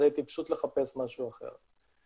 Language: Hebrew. זה יהיה טיפשות לחפש משהו אחר.